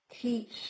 teach